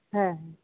ᱦᱮᱸ ᱦᱮᱸ